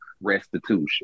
restitution